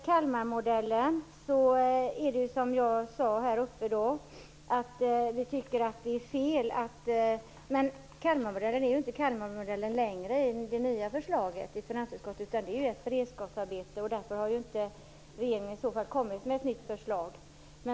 Kalmarmodellen finns ju inte längre i finansutskottets nya förslag. Det handlar ju om ett beredskapsarbete. Regeringen har ju i så fall inte kommit med ett nytt förslag.